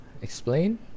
Explain